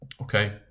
Okay